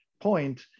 point